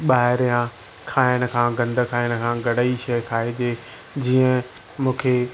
ॿाहिरि जा खाइण खां गंदु खाइण खां घणेई शइ खाइजे जीअं मूंखे